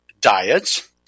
diets